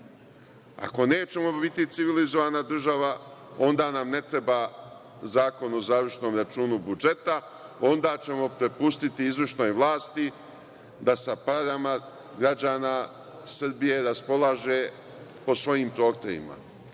Ako nećemo biti civilizovana država, onda nam ne treba zakon o završnom računu budžeta, onda ćemo prepustiti izvršnoj vlasti da sa parama građana Srbije raspolaže po svojim prohtevima,